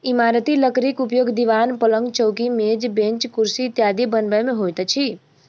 इमारती लकड़ीक उपयोग दिवान, पलंग, चौकी, मेज, बेंच, कुर्सी इत्यादि बनबय मे होइत अछि